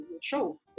show